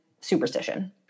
superstition